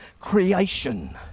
creation